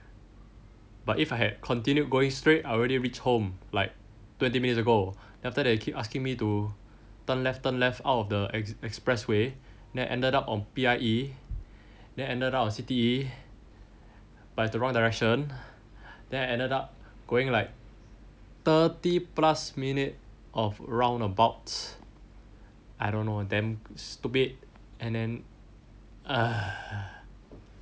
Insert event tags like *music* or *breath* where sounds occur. but if I had continue going straight I would already reached home like twenty minutes ago then after that they keep asking me to turn left turn left out of the expressway then I ended up on P_I_E then ended up on C_T_E but it's the wrong direction then I ended up going like thirty plus minutes of roundabouts I don't know damn stupid and then *breath*